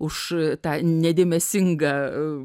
už tą nedėmesingą